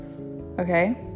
okay